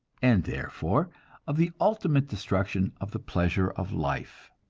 and therefore of the ultimate destruction of the pleasures of life.